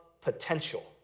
potential